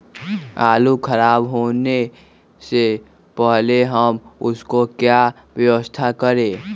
आलू खराब होने से पहले हम उसको क्या व्यवस्था करें?